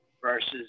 versus